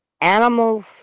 Animals